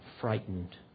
frightened